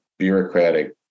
bureaucratic